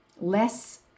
less